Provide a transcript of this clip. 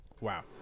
wow